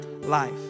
life